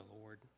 Lord